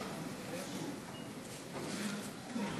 (חברי הכנסת מכבדים בקימה את צאת נשיא המדינה מאולם